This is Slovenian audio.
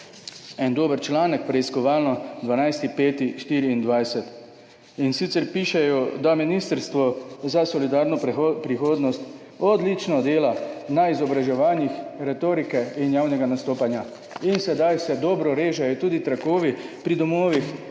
en dober članek, preiskovalno 12. 5. 2024, in sicer pišejo, da Ministrstvo za solidarno prihodnost odlično dela na izobraževanjih retorike in javnega nastopanja. In sedaj se dobro režejo tudi trakovi pri domovih,